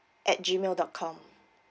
at gmail dot com